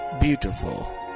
beautiful